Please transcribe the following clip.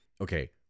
Okay